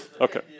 okay